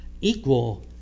equal